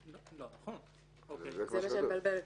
זה מה שמבלבל.